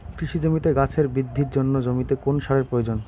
কৃষি জমিতে গাছের বৃদ্ধির জন্য জমিতে কোন সারের প্রয়োজন?